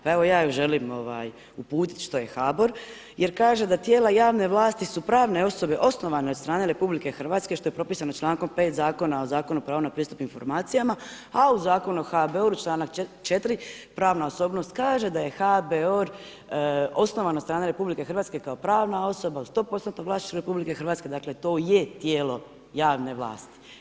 Pa evo, ja još želim uputiti što je HBOR jer kaže da tijela javne vlasti su pravne osobe osnovane od strane RH, što je propisano čl. 5. Zakona o pravu na pristup informacijama, a u Zakonu o HBOR-u čl. 4. pravna osobnost kaže da je HBOR osnovan od strane RH kao pravna osoba, u 100% vlasništvu RH, dakle to je tijelo javne vlasti.